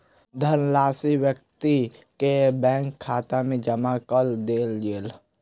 धनराशि व्यक्ति के बैंक खाता में जमा कअ देल गेल